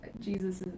Jesus